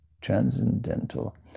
transcendental